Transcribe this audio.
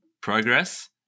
progress